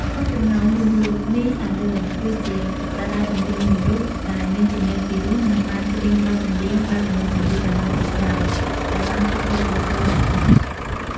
ក្នុងចំណោមនោះ លោក នី សាលឿន គឺជាតារាចម្រៀងមួយរូបដែលមានសម្លេងពីរោះនិងបានច្រៀងបទចម្រៀងបែបមនោសញ្ចេតនាជាច្រើនដែលបានឆក់យកបេះដូងអ្នកស្តាប់។